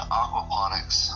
aquaponics